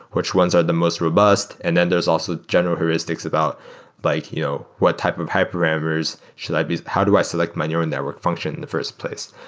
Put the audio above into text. which ones are the most robust? and then there's also general heuristics about like you know what type of hyperparameters hyperparameters should i be how do i select my neural network function in the first place?